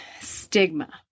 stigma